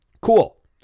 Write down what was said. Cool